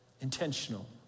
Intentional